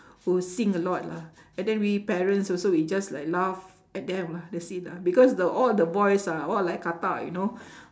who sing a lot lah and then we parents also we just like laugh at them lah that's it lah because the all the voice ah !wah! like katak you know